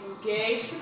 Engage